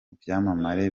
byamamare